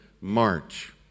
march